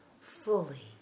fully